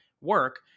work